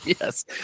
Yes